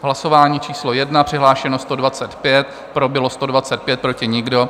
V hlasování číslo 1 přihlášeno 125, pro bylo 125, proti nikdo.